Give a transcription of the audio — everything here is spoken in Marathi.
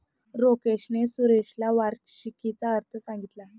राकेशने सुरेशला वार्षिकीचा अर्थ सांगितला